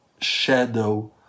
shadow